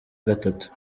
gatatu